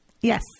Yes